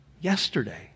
yesterday